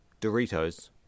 Doritos